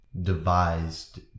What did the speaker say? devised